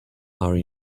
are